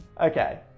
Okay